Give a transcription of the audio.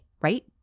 right